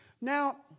Now